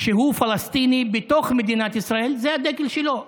כשהוא פלסטיני בתוך מדינת ישראל זה הדגל שלו.